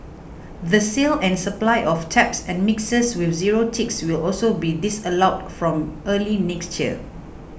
the sale and supply of taps and mixers with zero ticks will also be disallowed from early next year